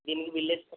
దీనికి బిల్